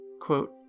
Quote